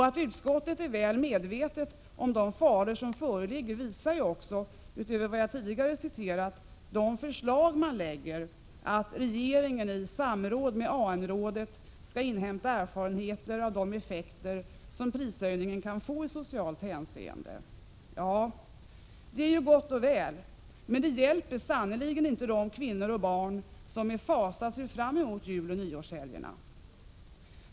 Att utskottet är väl medvetet om de faror som föreligger visar också — utöver vad jag tidigare citerat — det förslag man lägger fram om att regeringen i samråd med AN-rådet skall inhämta erfarenheter av de effekter i socialt hänseende som prishöjningen kan få. Ja, det är gott och väl, men det hjälper sannerligen inte de kvinnor och barn som med fasa ser fram emot juloch nyårshelgerna.